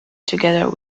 together